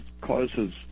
causes